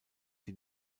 die